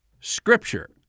Scripture